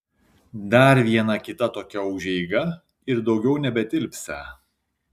dar viena kita tokia užeiga ir daugiau nebetilpsią